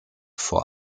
vor